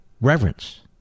reverence